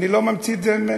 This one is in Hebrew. אני לא ממציא את זה ממני,